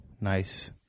nice